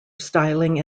styling